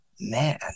man